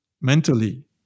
mentally